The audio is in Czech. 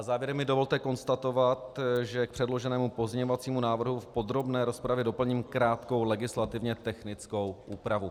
Závěrem mi dovolte konstatovat, že k předloženému pozměňovacímu návrhu v podrobné rozpravě doplním krátkou legislativně technickou úpravu.